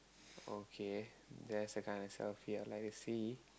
okay that's a kind of selfie I'd like to see